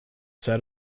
set